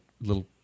little